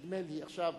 נדמה לי עכשיו,